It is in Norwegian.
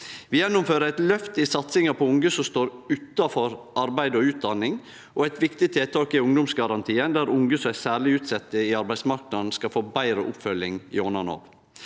Vi gjennomfører eit løft i satsinga på unge som står utanfor arbeid og utdanning. Eit viktig tiltak er ungdomsgarantien, der unge som er særleg utsette i arbeidsmarknaden, skal få betre oppfølging gjennom Nav.